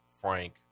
Frank